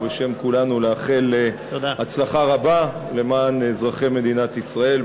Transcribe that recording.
ובשם כולנו לאחל הצלחה רבה למען אזרחי מדינת ישראל,